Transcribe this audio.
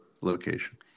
location